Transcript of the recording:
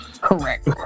Correct